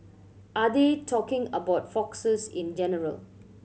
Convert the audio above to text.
are they talking about foxes in general